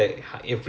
ya